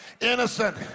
innocent